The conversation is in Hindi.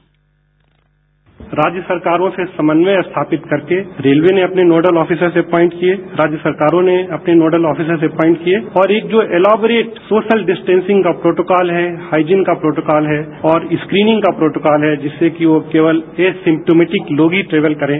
साउंड बाईट राज्य सरकारों से समन्वय स्थापित करके रेलवे ने अपने नोडल ऑफिसर अपॉइंट किए राज्य सरकारों ने अपने नोडल ऑफिसर अपॉइंट किए और एक जो इलैबोरेट सोशल डिस्टैंसिंग का प्रॉटोकॉल है हाइजीन का प्रोटोकॉलहै और स्क्रीनिंग का प्रोटोकॉल है जिससे कि वह केवल एसिंप्टोमेटिक लोग ही ट्रेवल करें